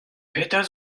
petra